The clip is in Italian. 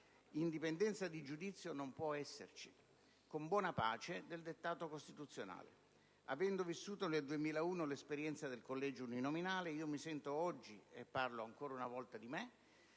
indipendenza di giudizio, con buona pace del dettato costituzionale. Avendo vissuto nel 2001 l'esperienza del collegio uninominale, mi sento oggi - e parlo ancora una volta di me